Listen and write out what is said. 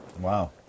Wow